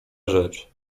rzecz